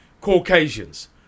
Caucasians